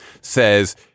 says